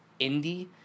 indie